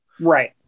Right